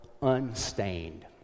unstained